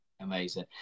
amazing